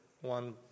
one